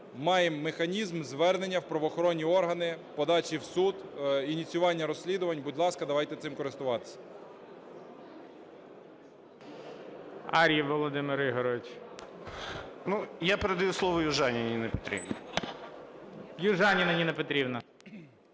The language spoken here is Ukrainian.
маємо механізм звернення в правоохоронні органи, подачі в суд, ініціювання розслідування. Будь ласка, давайте цим користуватись.